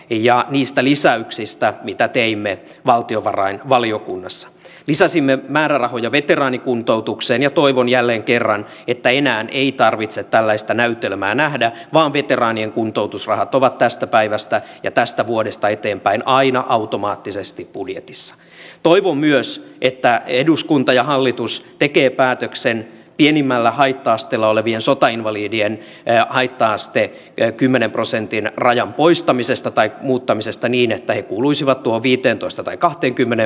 ja niistä lisäyksistä mitä teimme valtiovarainvaliokunnassa lisäsimme määrärahoja veteraanikuntoutukseen ja toivon jälleen kerran pitäjinä ei tarvitse tällaista näytelmää nähdä bambiteraanien kuntoutusrahat ovat tästä päivästä ja tästä vuodesta eteenpäin aina automaattisesti budjetissa ja toivon myös se että eduskunta ja hallitus tekee päätöksen pienimmällä haitta asteella olevien sotainvalidien haitta aste ja kymmenen prosentin rajan poistamisesta tai muuttamisesta niin että he kuuluisivat tuohon viiteentoista tai kahteen kymmene